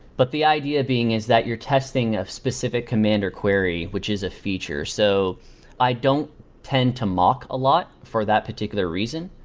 but the idea being is that you're testing a specific command or query, which is a feature. so i don't tend to mock a lot for that particular reason,